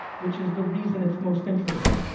which is the reason it's most interesting.